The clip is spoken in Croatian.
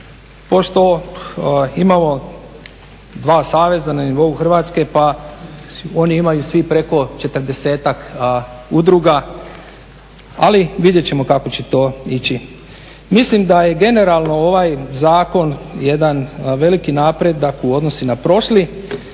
pošto imamo dva saveza na nivou Hrvatske pa oni imaju svi preko 40-ak udruga, ali vidjet ćemo kako će to ići. Mislim da je generalno ovaj zakon jedan veliki napredak u odnosu na prošli.